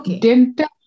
dental